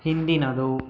ಹಿಂದಿನದು